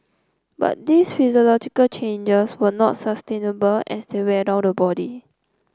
but these physiological changes were not sustainable as they wear down the body